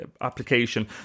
application